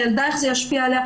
איך זה ישפיע על הילדה?